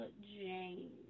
James